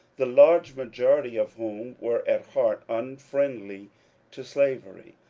the large ma jority of whom were at heart unfriendly to slavery.